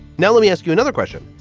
now, let me ask you another question.